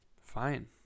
fine